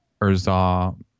Urza